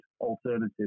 alternative